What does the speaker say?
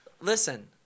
Listen